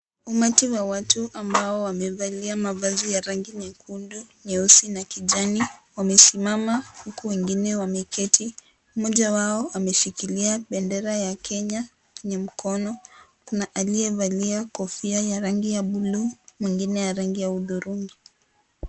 Umati wa watu ambao wamevalia mavazi ya rangi nyekundu, nyeusi na kijani, wamesimama huku wengimne wameketi. Mmoja wao ameshikilia bendera ya kenya kwenye mkono. Kuna aliyevalia kofia ya rangi ya buluu mwingine ya rangi ya hudhurungi.